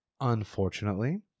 Unfortunately